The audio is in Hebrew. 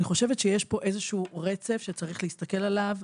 שיש פה איזה שהוא רצף שצריך להסתכל עליו,